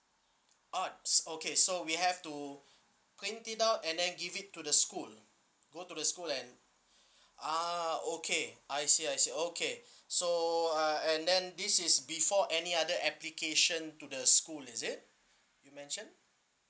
ah s~ okay so we have to print it out and then give it to the school go to school and ah okay I see I see okay so uh and then this is before any other application to the school is it you mention